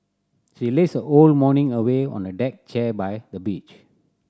she lazed a own morning away on a deck chair by the beach